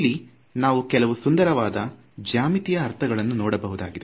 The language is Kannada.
ಇಲ್ಲಿ ನಾವು ಕೆಲವು ಸುಂದರವಾದ ಜ್ಯಾಮಿತಿಯ ಅರ್ಥಗಳನ್ನು ನೋಡಬಹುದಾಗಿದೆ